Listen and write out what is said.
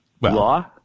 law